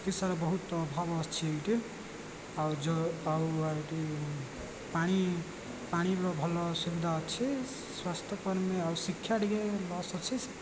ଚିକିତ୍ସାରେ ବହୁତ ଅଭାବ ଅଛି ଏଇଠି ଆଉ ଯେଉଁ ଆଉ ଏଠି ପାଣି ପାଣିର ଭଲ ସୁବିଧା ଅଛି ସ୍ୱାସ୍ଥ୍ୟକର୍ମୀ ଆଉ ଶିକ୍ଷା ଟିକେ ଲସ୍ ଅଛି